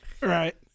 Right